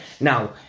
Now